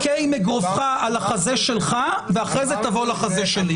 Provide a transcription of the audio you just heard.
תכה עם אגרופך על החזה שלך ואחרי זה תבוא לחזה שלי.